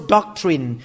Doctrine